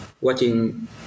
watching